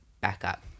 backup